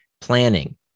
Planning